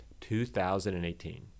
2018